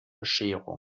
bescherung